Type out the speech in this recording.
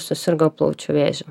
susirgo plaučių vėžiu